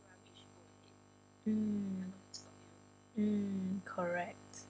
mm mm correct